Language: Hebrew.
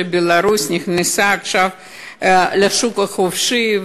שבלרוס נכנסה עכשיו לשוק החופשי,